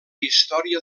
història